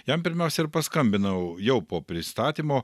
jam pirmiausia ir paskambinau jau po pristatymo